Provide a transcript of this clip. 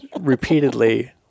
repeatedly